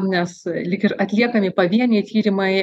nes lyg ir atliekami pavieniai tyrimai